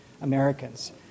Americans